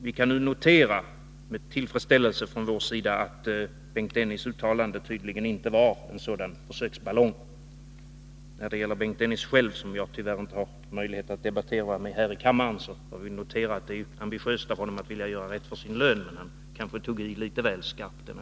Vi kan nu från vår sida med tillfredsställelse notera att Bengt Dennis uttalande tydligen inte var en sådan försöksballong. När det gäller Bengt Dennis själv, som jag tyvärr inte har möjlighet att debattera med här i kammaren, vill jag notera att det är ambitiöst av honom att vilja göra rätt för sin lön, men han kanske tog i litet väl skarpt denna